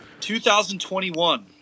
2021